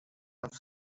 have